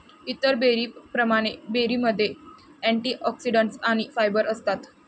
इतर बेरींप्रमाणे, बेरीमध्ये अँटिऑक्सिडंट्स आणि फायबर असतात